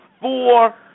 four